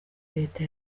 leta